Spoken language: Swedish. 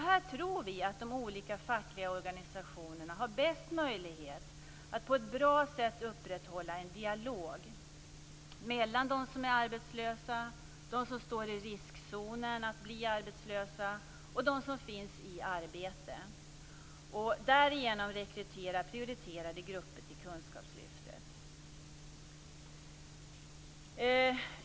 Här tror vi att de olika fackliga organisationerna har bäst möjlighet att på ett bra sätt upprätthålla en dialog mellan dem som är arbetslösa, dem som står i riskzonen att bli arbetslösa och dem som finns i arbete och därigenom rekrytera prioriterade grupper till kunskapslyftet.